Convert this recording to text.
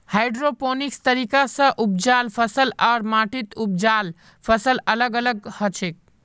hydroponics तरीका स उपजाल फसल आर माटीत उपजाल फसल अलग अलग हछेक